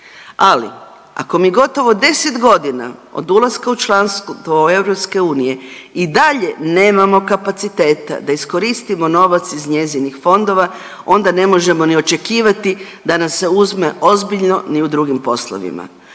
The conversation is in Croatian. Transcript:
Ali, ako mi gotovo 10 godina od ulaska u članstvo EU i dalje nemamo kapaciteta da iskoristimo novac iz njezinih fondova, onda ne možemo ni očekivati da nas se uzme ozbiljno ni u drugim poslovima.